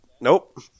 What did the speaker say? nope